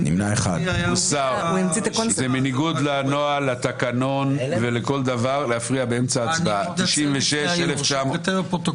3 בעד, 9 נגד, 2 נמנעים.